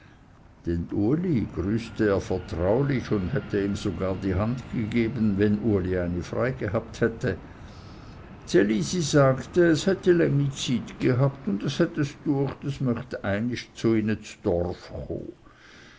den uli grüßte er vertraulich und hätte ihm sogar die hand gegeben wenn uli eine freie gehabt hätte ds elisi sagte es hätte längizyti gehabt und es hätte es düecht es möchte einist zu